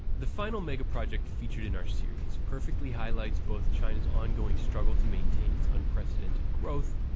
the final megaproject featured in our series perfectly highlights both china's ongoing struggle to maintain its unprecedented growth,